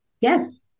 Yes